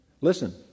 Listen